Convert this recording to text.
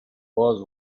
was